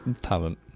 talent